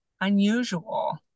unusual